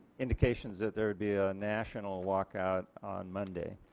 indications that there would be a national walkout on monday.